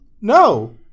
No